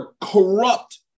corrupt